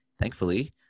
thankfully